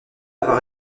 avoir